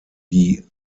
die